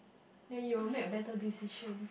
then you will make a better decision